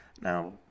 Now